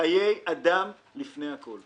חיי אדם לפני הכול.